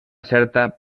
certa